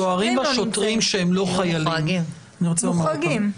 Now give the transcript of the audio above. והסוהרים והשוטרים שהם לא חיילים אני רוצה לומר אותם --- מוחרגים.